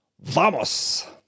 Vamos